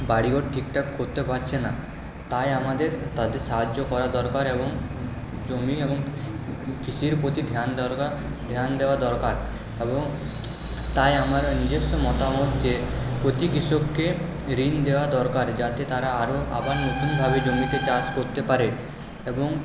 বাড়ি ঘর ঠিক ঠাক করতে পারছে না তাই আমাদের তাদের সাহায্য করা দরকার এবং জমি এবং কৃষির প্রতি ধিয়ান দরকার ধিয়ান দেওয়া দরকার এবং তাই আমার নিজস্ব মতামত যে প্রতি কৃষককে ঋণ দেওয়া দরকার যাতে তারা আরও আবার নতুনভাবে জমিতে চাষ করতে পারে এবং